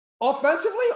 offensively